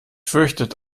fürchtet